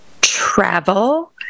travel